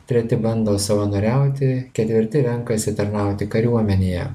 treti bando savanoriauti ketvirti renkasi tarnauti kariuomenėje